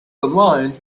aligned